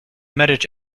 marriage